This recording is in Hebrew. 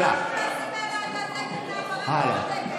עוד מעט ישכחו לשים את הדגל מאחורי,